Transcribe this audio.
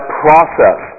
process